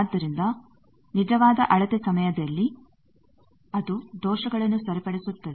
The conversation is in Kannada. ಆದ್ದರಿಂದ ನಿಜವಾದ ಅಳತೆ ಸಮಯದಲ್ಲಿ ಅದು ದೋಷಗಳನ್ನು ಸರಿಪಡಿಸುತ್ತದೆ